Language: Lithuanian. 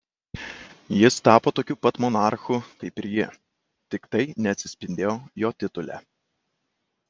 jis tapo tokiu pat monarchu kaip ir ji tik tai neatsispindėjo jo titule